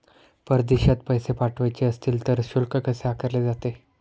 परदेशात पैसे पाठवायचे असतील तर शुल्क कसे आकारले जाते?